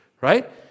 Right